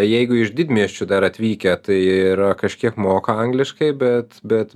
jeigu iš didmiesčių dar atvykę tai yra kažkiek moka angliškai bet bet